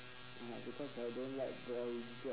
ah because I don't like boring job